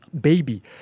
baby